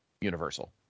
Universal